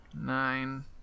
Nine